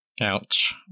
Ouch